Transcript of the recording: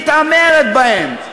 מתעמרת בהם,